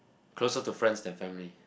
closer to friends than family